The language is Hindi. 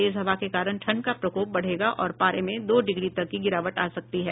तेज हवा के कारण ठंड का प्रकोप बढ़ेगा और पारे में दो डिग्री तक की गिरावट आ सकती है